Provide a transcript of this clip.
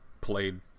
played